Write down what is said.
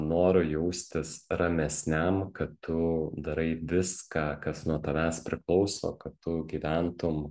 noru jaustis ramesniam kad tu darai viską kas nuo tavęs priklauso kad tu gyventum